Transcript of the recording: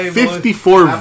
54